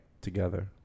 together